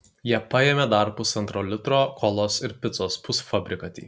jie paėmė dar pusantro litro kolos ir picos pusfabrikatį